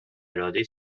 اراده